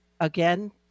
again